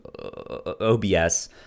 OBS